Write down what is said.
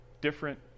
different